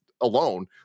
alone